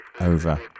over